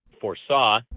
foresaw